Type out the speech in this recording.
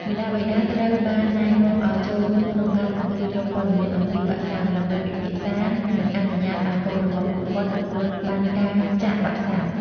មាតាបិតាត្រូវបានណែនាំឲ្យចូលរួមក្នុងការទទួលយកព័ត៌មានអំពីវ៉ាក់សាំង ដើម្បីពិចារណា និងអនុញ្ញាតឲ្យកូនរបស់ពួកគាត់ទទួលបានការជាក់វ៉ាក់សាំង។